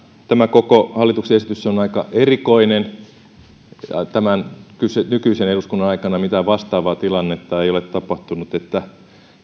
tämä koko hallituksen esitys on aika erikoinen nykyisen eduskunnan aikana mitään vastaavaa tilannetta ei ole tapahtunut että